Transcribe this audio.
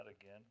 again